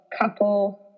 couple